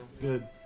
good